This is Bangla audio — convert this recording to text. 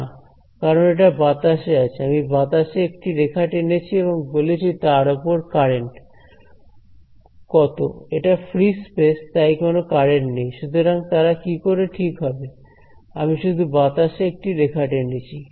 না কারণ এটা বাতাসে আছে আমি বাতাসে একটি রেখা টেনেছি এবং বলেছি তার ওপর কারেন্ট কত এটা ফ্রি স্পেস তাই কোন কারেন্ট নেই সুতরাং তারা কি করে ঠিক হবে আমি শুধু বাতাসে একটি রেখা টেনেছি